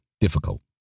difficult